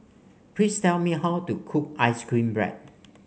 please tell me how to cook ice cream bread